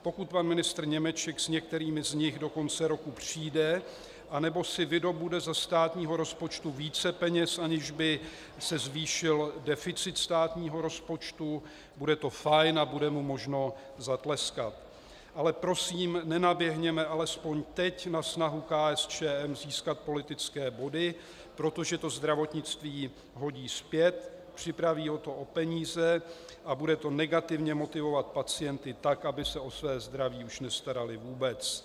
Pokud pan ministr Němeček s některými z nich do konce roku přijde nebo si vydobude ze státního rozpočtu více peněz, aniž by se zvýšil deficit státního rozpočtu, bude to fajn a bude mu možno zatleskat, ale prosím, nenaběhněme alespoň teď na snahu KSČM získat politické body, protože to zdravotnictví hodí zpět, připraví ho o peníze a bude to negativně motivovat pacienty tak, aby se o své zdraví nestarali už vůbec.